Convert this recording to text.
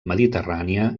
mediterrània